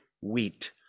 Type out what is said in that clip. wheat